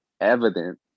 evident